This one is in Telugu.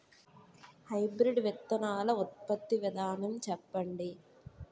హైబ్రిడ్ విత్తనాలు ఉత్పత్తి విధానం చెప్పండి?